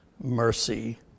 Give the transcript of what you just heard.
mercy